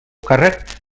càrrec